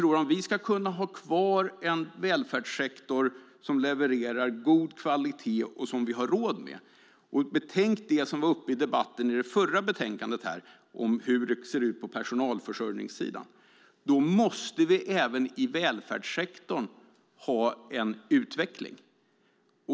Om vi ska kunna ha kvar en välfärdssektor som levererar god kvalitet och som vi har råd med - betänk det som var uppe i förra debatten, om hur det ser ut på personalförsörjningssidan - måste vi även i välfärdssektorn ha en utveckling.